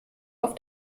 auf